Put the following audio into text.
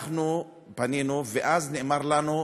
אנחנו פנינו, ואז נאמר לנו: